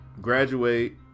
graduate